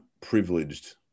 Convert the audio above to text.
privileged